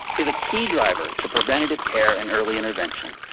is a key driver to preventative care and early intervention,